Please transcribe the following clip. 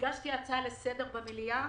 כשהגשתי הצעה לסדר במליאה,